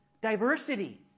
Diversity